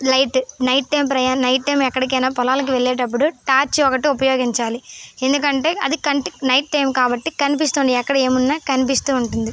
light night time ప్రయాణం ఎక్కడికైనా పొలాలకు వెళ్ళేటప్పుడు టార్చ్ ఒకటి ఉపయోగించాలి ఎందుకంటే అది కంటికి నైట్ టైమ్ కాబట్టి కనిపిస్తుంది ఎక్కడ ఏమున్నా కనిపిస్తూ ఉంటుంది